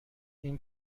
این